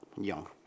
Young